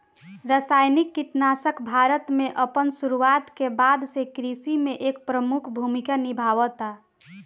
रासायनिक कीटनाशक भारत में अपन शुरुआत के बाद से कृषि में एक प्रमुख भूमिका निभावता